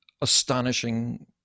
astonishing